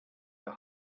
der